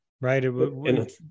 right